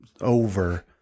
over